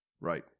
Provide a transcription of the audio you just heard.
Right